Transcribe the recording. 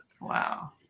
Wow